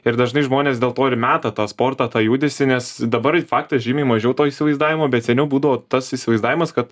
ir dažnai žmonės dėl to ir meta tą sportą tą judesį nes dabar faktas žymiai mažiau to įsivaizdavimo bet seniau būdavo tas įsivaizdavimas kad